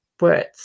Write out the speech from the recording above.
words